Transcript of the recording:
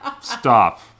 stop